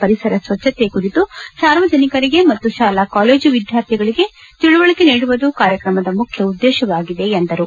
ಪರಿಸರ ಸ್ವಚ್ಣತೆ ಕುರಿತು ಸಾರ್ವಜನಿಕರಿಗೆ ಮತ್ತು ಶಾಲಾ ಕಾಲೇಜು ವಿದ್ಯಾರ್ಥಿಗಳಿಗೆ ತಿಳುವಳಿಕೆ ನೀಡುವುದು ಕಾರ್ಯಕ್ರಮದ ಮುಖ್ಯ ಉದ್ದೇಶವಾಗಿದೆ ಎಂದರು